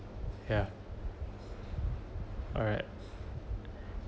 ya alright